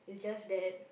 it's just that